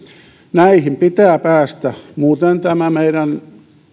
näihin pitää päästä muuten tämä meidän